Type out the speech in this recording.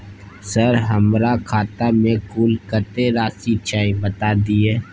Sir हमरा खाता में कुल कत्ते राशि छै बता दिय?